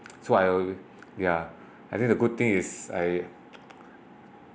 so I'll ya I think the good thing is I